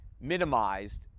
minimized